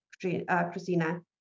Christina